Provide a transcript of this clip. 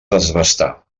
desbastar